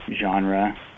genre